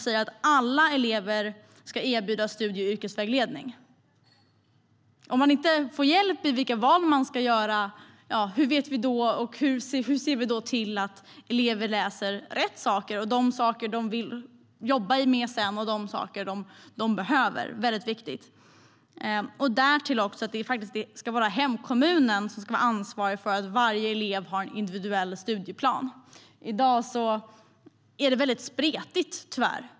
Alla elever ska erbjudas studie och yrkesvägledning. Om människor inte får hjälp med vilka val de ska göra, hur ser vi då till att elever läser rätt saker, de saker de vill jobba med sedan och får de saker de behöver? Det är väldigt viktigt. Därtill ska hemkommunen vara ansvarig för att varje elev har en individuell studieplan. I dag är det tyvärr väldigt spretigt.